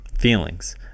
feelings